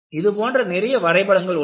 இது போன்ற நிறைய வரைபடங்கள் உள்ளன